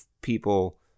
people